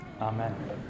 Amen